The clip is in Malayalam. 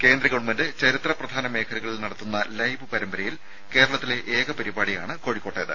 കേന്ദ്ര ഗവൺമെന്റ് ചരിത്ര പ്രധാന മേഖലകളിൽ നടത്തുന്ന ലൈവ് പരമ്പരയിൽ കേരളത്തിലെ ഏക പരിപാടിയാണ് കോഴിക്കോട്ടേത്